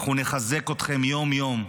אנחנו נחזק אתכם יום-יום.